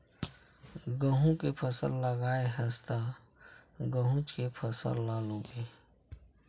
गहूँ के फसल लगाए हस त गहूँच के फसल ल लूबे